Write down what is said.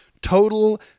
total